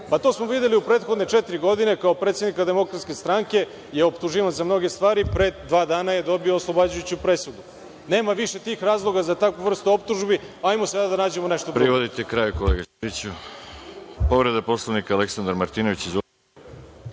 To smo videli u prethodne četiri godine. Kao predsednik DS je optuživan za mnoge stvari. Pre dva dana je dobio oslobađajuću presudu. Nema više tih razloga za takvu vrstu optužbe. Hajde sada da nađemo nešto drugo.